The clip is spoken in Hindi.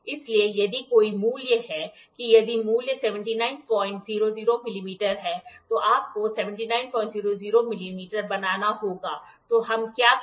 इसलिए यदि कोई मूल्य है कि यदि मूल्य 7900 मिलीमीटर है तो आपको 7900 मिलीमीटर बनाना होगा तो हम क्या करते हैं